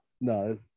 no